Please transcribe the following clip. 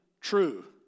true